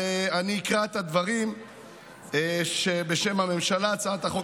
אני אקרא את הדברים בשם הממשלה: הצעת החוק